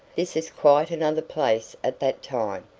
this is quite another place at that time,